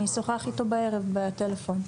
אני אשוחח איתו בערב בטלפון.